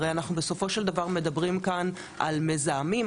הרי אנחנו בסופו של דבר מדברים כאן על מזהמים,